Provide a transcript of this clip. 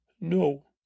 No